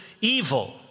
evil